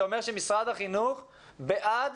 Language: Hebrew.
זה אומר שמשרד החינוך בעד